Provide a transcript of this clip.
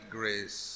grace